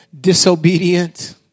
disobedient